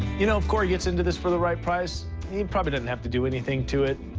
you know, if corey gets into this for the right price, he probably doesn't have to do anything to it.